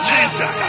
Jesus